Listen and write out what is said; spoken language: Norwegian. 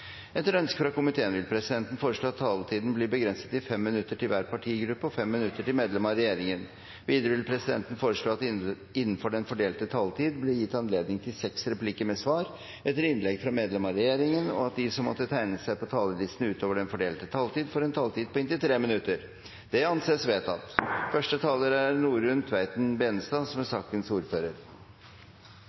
Etter ønske fra næringskomiteen vil presidenten foreslå at taletiden blir begrenset til 5 minutter til hver partigruppe og 5 minutter til medlem av regjeringen. Videre vil presidenten foreslå at det blir gitt anledning til seks replikker med svar etter innlegg fra medlem av regjeringen innenfor den fordelte taletid, og at de som måtte tegne seg på talerlisten utover den fordelte taletid, får en taletid på inntil 3 minutter. – Det anses vedtatt. Det er en viktig dag i dag, og det er